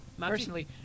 Personally